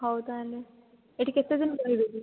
ହଉ ତା'ହେଲେ ଏଇଠି କେତେ ଦିନ ରହିବେ କି